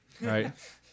right